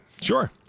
Sure